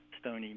stony